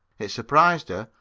it surprised her,